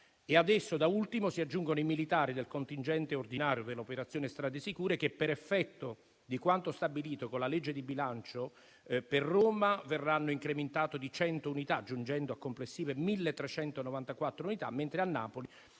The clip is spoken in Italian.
A ciò, da ultimo, si aggiungono i militari del contingente ordinario dell'operazione "Strade Sicure", che, per effetto di quanto stabilito con la legge di bilancio, per Roma verranno incrementati di 100 unità, giungendo a complessive 1.394 unità, mentre a Napoli